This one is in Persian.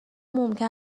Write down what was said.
ممکن